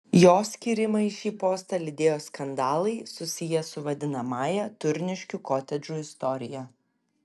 jo skyrimą į šį postą lydėjo skandalai susiję su vadinamąja turniškių kotedžų istorija